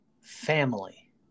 family